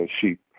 sheep